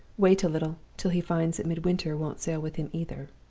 wait a little, till he finds that midwinter won't sail with him either.